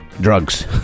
drugs